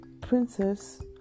princess